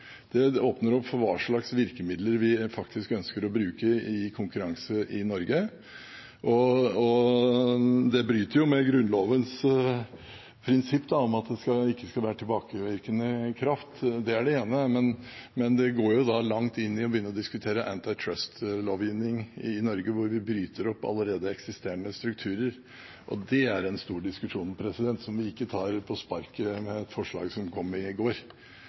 Det åpner opp for diskusjon om hva slags virkemidler vi faktisk ønsker å bruke i konkurranse i Norge, og det bryter jo med Grunnlovens prinsipp om at det ikke skal være tilbakevirkende kraft. Det er det ene. Men det går langt i å begynne å diskutere antitrustlovgivning i Norge, hvor vi bryter opp allerede eksisterende strukturer, og det er en stor diskusjon som vi ikke tar på sparket etter et forslag som kom i går.